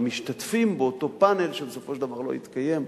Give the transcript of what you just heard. המשתתפים באותו פאנל, שבסופו של דבר לא התקיים.